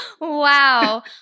Wow